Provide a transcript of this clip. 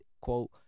quote